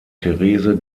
therese